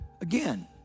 again